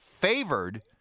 favored